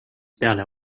peale